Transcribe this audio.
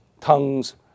tongues